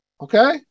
okay